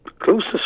closest